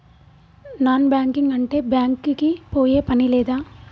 Non banking అంటే bank కి పోయే పని లేదా?